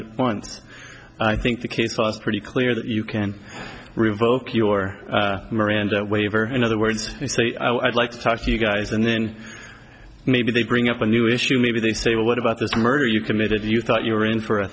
it once i think the case was pretty clear that you can revoke your miranda waiver in other words if they would like to talk to you guys and then maybe they bring up a new issue maybe they say well what about this murder you committed you thought you were in for a